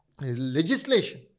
legislation